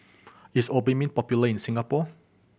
is Obimin popular in Singapore